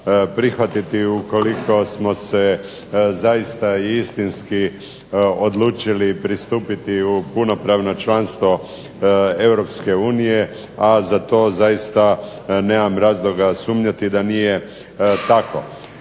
prihvatiti ukoliko smo se zaista i istinski odlučili pristupiti u punopravno članstvo EU, a za to zaista nemam razloga sumnjati da nije tako.